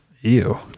Ew